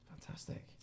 fantastic